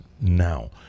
now